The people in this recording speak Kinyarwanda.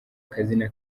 akazina